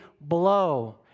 blow